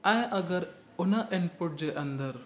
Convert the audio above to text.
ऐं अगरि उन इनपुट जे अंदरि